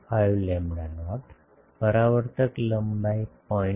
5 lambda naught પરાવર્તક લંબાઈ 0